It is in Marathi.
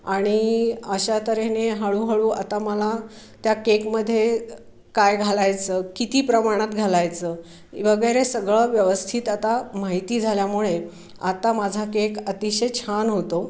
आणि अशातऱ्हेने हळूहळू आता मला त्या केकमध्ये काय घालायचं किती प्रमाणात घालायचं वगैरे सगळं व्यवस्थित आता माहिती झाल्यामुळे आता माझा केक अतिशय छान होतो